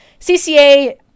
CCA